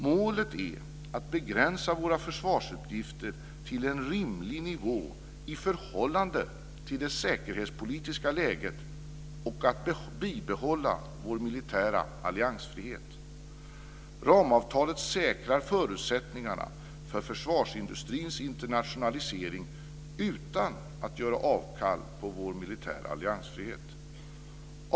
Målet är att begränsa våra försvarsuppgifter till en rimlig nivå i förhållande till det säkerhetspolitiska läget och att bibehålla vår militära alliansfrihet. Ramavtalet säkrar förutsättningarna för försvarsindustrins internationalisering utan att göra avkall på vår militära alliansfrihet.